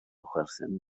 chwerthin